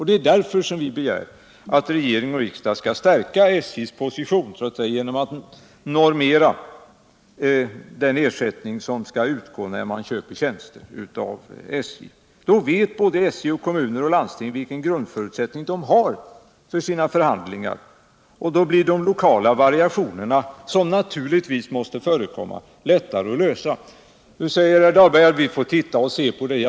Det är därför som vi begär att regering och riksdag skall stärka SJ:s position genom att normera den ersättning som skall utgå när man köper tjänster av SJ. Då vet både SJ, kommuner och landsting vilka grundförutsättningar de har för sina förhandlingar, och då blir de lokala variationer, som naturligtvis måste förekomma, lättare att lösa. Nu säger herr Dahlberg att vi får vänta och se.